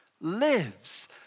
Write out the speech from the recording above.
lives